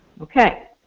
Okay